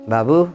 Babu